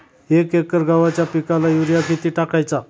एक एकर गव्हाच्या पिकाला युरिया किती टाकायचा?